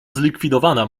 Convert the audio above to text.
zlikwidowana